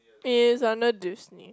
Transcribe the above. it is under Disney